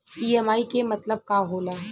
EMI के मतलब का होला?